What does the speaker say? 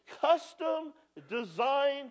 custom-designed